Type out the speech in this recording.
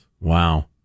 Wow